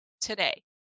today